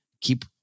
keep